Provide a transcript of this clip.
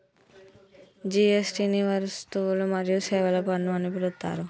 GST ని వస్తువులు మరియు సేవల పన్ను అని పిలుత్తారు